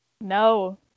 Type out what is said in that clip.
no